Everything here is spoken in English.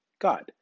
God